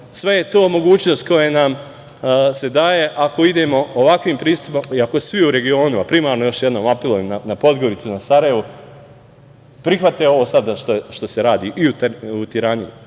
Sve su to mogućnosti koje nam se daju ako idemo ovakvim pristupima i ako svi u regionu, a primarno još jednom apelujem na Podgoricu i na Sarajevo, prihvate ovo sada što se radi i u Tirani